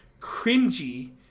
cringy